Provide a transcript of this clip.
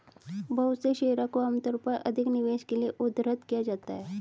बहुत से शेयरों को आमतौर पर अधिक निवेश के लिये उद्धृत किया जाता है